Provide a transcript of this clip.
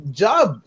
job